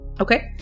Okay